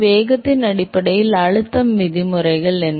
வேகத்தின் அடிப்படையில் அழுத்தம் விதிமுறைகள் என்ன